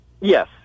Yes